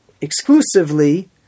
exclusively